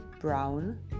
brown